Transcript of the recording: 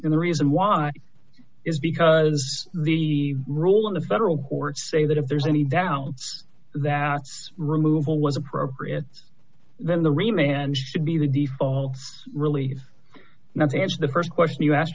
and the reason why is because the role of the federal courts say that if there's any doubt that removal was appropriate then the remain and should be the default really not the answer the st question you asked